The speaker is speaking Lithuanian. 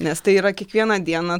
nes tai yra kiekvieną dieną